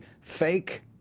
fake